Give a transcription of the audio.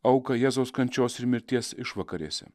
auką jėzaus kančios ir mirties išvakarėse